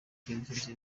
serivisi